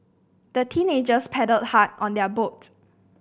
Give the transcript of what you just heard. the teenagers paddled hard on their boat